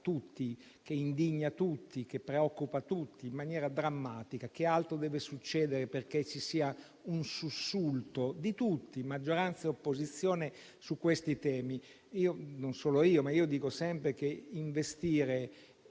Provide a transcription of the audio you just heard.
tutti, che indigna e preoccupa tutti in maniera drammatica. Che altro deve succedere perché ci sia un sussulto di tutti, maggioranza e opposizione, su questi temi? Io dico sempre - e non